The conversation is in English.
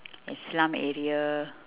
slum area